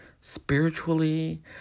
spiritually